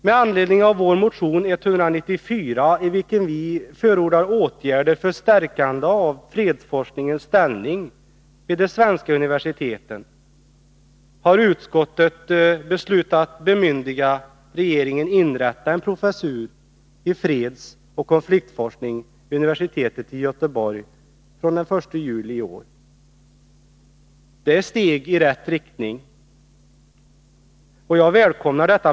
Med anledning av vår motion 194, i vilken vi förordar åtgärder för stärkande av fredsforskningens ställning vid de svenska universiteten, föreslår utskottet att riksdagen bemyndigar regeringen att inrätta en professur i fredsoch konfliktforskning vid universitetet i Göteborg från den 1 juli i år. Det är ett steg i rätt riktning, och jag välkomnar det.